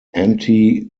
anti